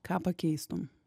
ką pakeistum